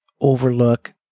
overlook